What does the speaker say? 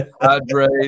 Hydrate